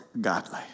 godly